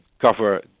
cover